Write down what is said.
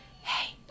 hey